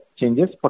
changes